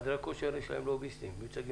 לחדרי הכושר יש לוביסטים והם מיוצגים